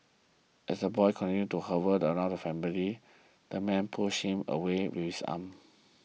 as the boy continues to hover around the family the man pushes him away with his arm